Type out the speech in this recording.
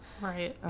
Right